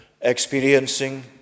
experiencing